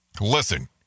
Listen